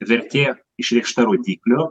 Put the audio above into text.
vertė išreikšta rodyklio